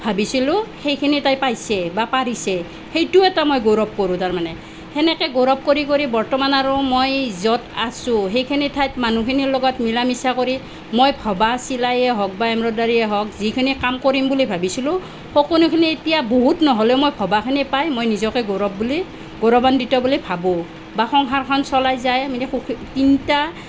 ভাবিছিলোঁ সেইখিনি তাই পাইছে বা পাৰিছে সেইটোৱো এটা মই গৌৰৱ কৰোঁ তাৰ মানে সেনেকৈ গৌৰৱ কৰি কৰি বৰ্তমান আৰু মই য'ত আছোঁ সেইখিনি ঠাইত মানুহখিনিৰ লগত মিলা মিছা কৰি মই ভবা চিলাইয়ে হওক বা এমব্ৰদাইৰি হওক যিখিনি কাম কৰিম বুলি ভাবিছিলোঁ সকলোখিনি এতিয়া বহুত নহ'লেও মই ভবাখিনি পাই মই নিজকে গৌৰৱ বুলি গৌৰৱান্বিত বুলি ভাবোঁ বা সংসাৰখন চলাই যাই তিনিটা